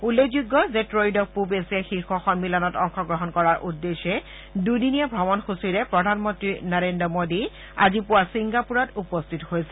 উল্লেখযোগ্য যে ত্ৰয়োদশ পুব এছিয়া শীৰ্ষ সন্মিলনত অংশগ্ৰহণ কৰাৰ উদ্দেশ্যে দুদিনীয়া ভ্ৰমণসূচীৰে প্ৰধানমন্ত্ৰী নৰেন্দ্ৰ মোডী আজি পুৱা ছিংগাপুৰত উপস্থিত হৈছিল